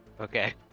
Okay